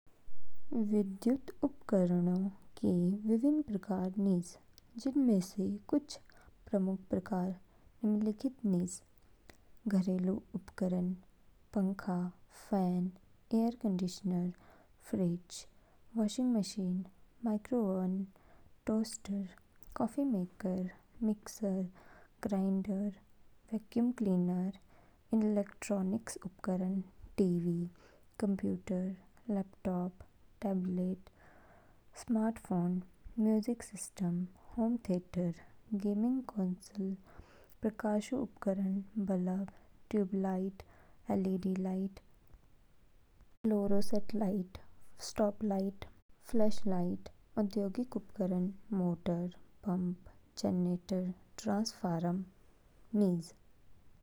विद्युत उपकरणों के विभिन्न प्रकार निज, जिनमें से कुछ प्रमुख प्रकार निम्नलिखित निज। घरेलू उपकरण। पंखा, fan. Air conditioner, fridge. Washing machine, microwave oven. Toaster, coffee maker. Mixer, grinder, vacuum cleaner. Electronics उपकरण, TV, computer. Laptop, tablet, smartphone, music system. Home theatre, gaming console, प्रकाश उपकरण, bulb. Tube light, LED light, fluorescent light, spot light, flash light. औद्योगिक उपकरण, motor, pump. Generator, transformer निज।